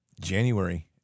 January